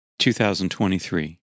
2023